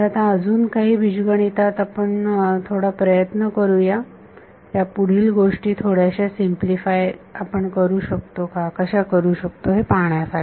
तर आता अजून काही बीजगणितात आपण थोडा प्रयत्न करूया ह्या पुढील गोष्टी थोड्याश्या सिम्पलीफाय आपण कशा करू शकतो हे पाहण्यासाठी